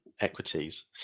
equities